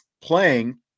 playing